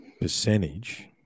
percentage